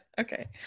okay